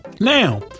Now